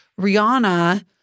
Rihanna